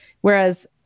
Whereas